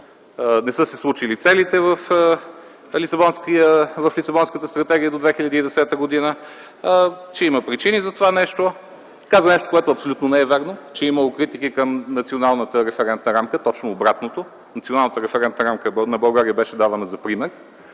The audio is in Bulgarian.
не са се случили целите в Лисабонската стратегия до 2010 г., че има причини за това нещо. Каза нещо, което абсолютно не е вярно, че е имало критики към Националната референтна рамка. Точно обратното. Националната референтна рамка на България беше давана за пример